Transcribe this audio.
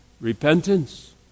Repentance